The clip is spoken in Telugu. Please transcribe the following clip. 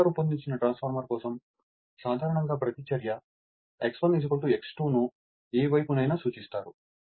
బాగా రూపొందించిన ట్రాన్స్ఫార్మర్ కోసం సాధారణంగా ప్రతిచర్య X1 X2 ను ఏ వైపు నైనా సూచిస్తారు